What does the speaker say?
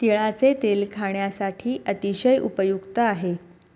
तिळाचे तेल खाण्यासाठी अतिशय उपयुक्त आहे